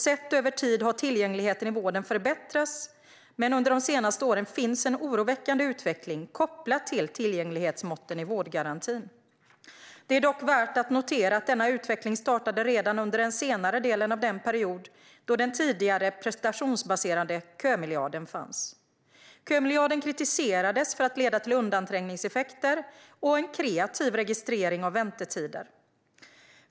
Sett över tid har tillgängligheten i vården förbättrats, men de senaste åren har det funnits en oroväckande utveckling kopplad till tillgänglighetsmåtten i vårdgarantin. Det är dock värt att notera att denna utveckling startade redan under senare delen av den period då den tidigare prestationsbaserade kömiljarden fanns. Kömiljarden kritiserades för att leda till undanträngningseffekter och kreativ registrering av väntetider.